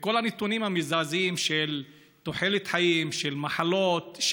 וכל הנתונים המזעזעים, על תוחלת חיים, על מחלות,